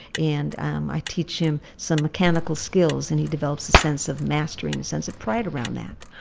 and um i teach him some mechanical skills, and he develops a sense of mastery and a sense of pride around that.